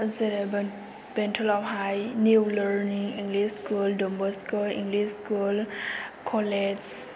जेरै बें बेंथलावहाय निउ लरनिं इंलिस स्कुल दन बस्क' इंलिस स्कुल कलेज